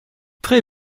très